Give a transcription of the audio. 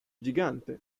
gigante